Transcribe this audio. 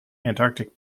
antarctic